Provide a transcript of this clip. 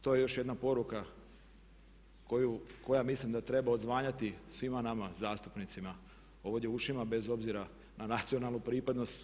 To je još jedna poruka koja mislim da treba odzvanjati svima nama zastupnicima ovdje u ušima bez obzira na nacionalnu pripadnost.